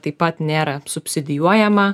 taip pat nėra subsidijuojama